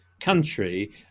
country